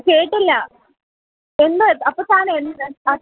കേട്ടില്ല എന്ന് അപ്പോൾ താനെന്ന് ആ